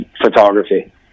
photography